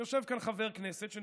יושב כאן חבר הכנסת לוין,